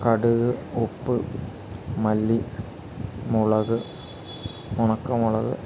കടുക് ഉപ്പ് മല്ലി മുളക് ഉണക്കമുളക്